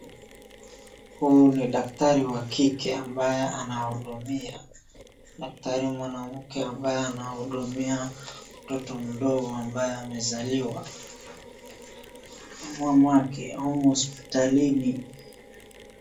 Huyu ni daktari wa kike ambaye anawahudumia, daktari mwanamke ambaye anahudumia mtoto mdogo ambaye amezaliwa mamake humo hospitalini.